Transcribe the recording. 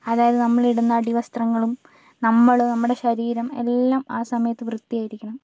അതായത് നമ്മൾ ഇടുന്ന അടിവസ്ത്രങ്ങളും നമ്മൾ നമ്മുടെ ശരീരം എല്ലാം ആ സമയത്ത് വൃത്തിയായിരിക്കണം